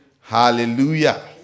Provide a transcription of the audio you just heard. Hallelujah